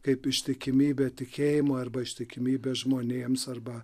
kaip ištikimybė tikėjimui arba ištikimybė žmonėms arba